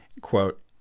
quote